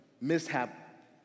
mishap